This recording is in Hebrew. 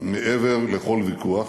מעבר לכל ויכוח